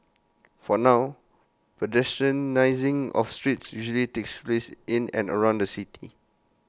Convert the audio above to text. for now pedestrianising of streets usually takes place in and around the city